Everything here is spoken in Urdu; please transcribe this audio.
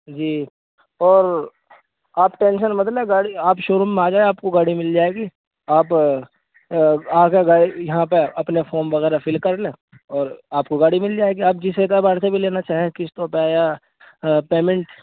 جی اور آپ ٹینشن مت لیں گاڑی آپ شو روم میں آ جائیں آپ کو گاڑی مل جائے گی آپ آ کے گاڑی یہاں پہ اپنا فام وغیرہ فل کر لیں اور آپ کو گاڑی مل جائے گی آپ جس اعتبار سے بھی لینا چاہیں قسطوں پہ یا پیمنٹ